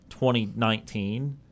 2019